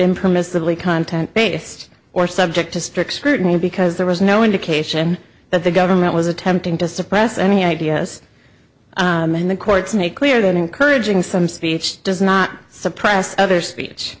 impermissibly content based or subject to strict scrutiny because there was no indication that the government was attempting to suppress any ideas and the courts make clear that encouraging some speech does not suppress other speech